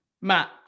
Matt